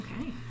Okay